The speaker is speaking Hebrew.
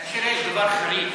כאשר יש דבר חריג,